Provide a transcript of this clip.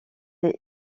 des